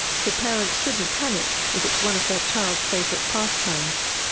so parents shouldn't panic if it's one of their child's favourite pastimes.